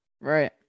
Right